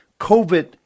COVID